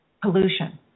pollution